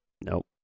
Nope